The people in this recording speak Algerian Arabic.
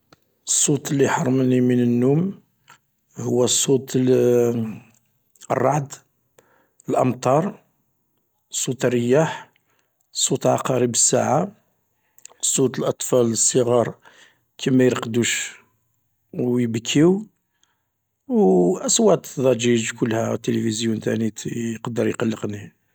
﻿الصوت لي يحرمني من النوم، هو صوت الرعد، الأمطار، صوت الرياح، صوت عقارب الساعة، صوت الأطفال الصغار كي ما يرقدوش و يبكيو، وأصوات الضجيج كلها وتلفزيون تانيت يقدر يقلقني.